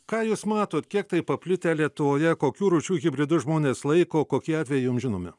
ką jūs matot kiek tai paplitę lietuvoje kokių rūšių hibridus žmonės laiko kokie atvejai jums žinomi